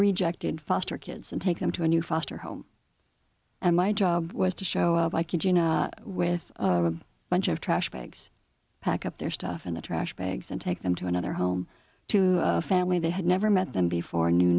rejected foster kids and take them to a new foster home and my job was to show up like you know with a bunch of trash bags pack up their stuff in the trash bags and take them to another home to a family they had never met them before knew